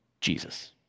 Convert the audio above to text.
Jesus